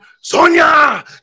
Sonia